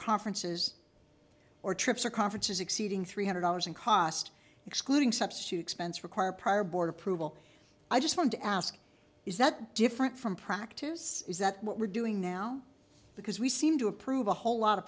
conferences or trips or conferences exceeding three hundred dollars in cost excluding substitute expense require prior board approval i just want to ask is that different from practice is that what we're doing now because we seem to approve a whole lot of